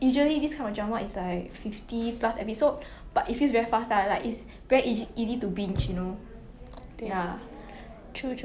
make the the male lead female lead get together even though 他们有那种 third party right but like 很少那个 third party 会赢那个女生的